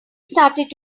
started